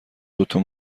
دوتا